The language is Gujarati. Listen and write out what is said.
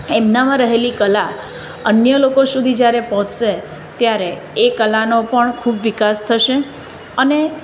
એમનામાં રહેલી કલા અન્ય લોકો સુધી જ્યારે પહોંચશે ત્યારે એ કલાનો પણ ખૂબ વિકાસ થશે અને